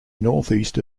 northeast